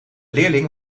leerling